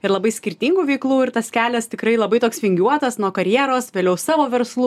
ir labai skirtingų veiklų ir tas kelias tikrai labai toks vingiuotas nuo karjeros vėliau savo verslų